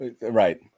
right